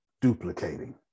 duplicating